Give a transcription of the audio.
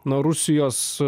nuo rusijos